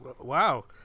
Wow